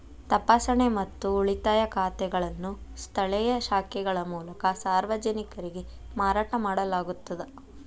ತಪಾಸಣೆ ಮತ್ತು ಉಳಿತಾಯ ಖಾತೆಗಳನ್ನು ಸ್ಥಳೇಯ ಶಾಖೆಗಳ ಮೂಲಕ ಸಾರ್ವಜನಿಕರಿಗೆ ಮಾರಾಟ ಮಾಡಲಾಗುತ್ತದ